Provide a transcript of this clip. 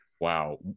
wow